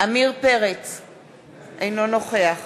אינו נוכח